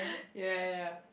ya ya